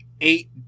eight